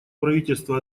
правительство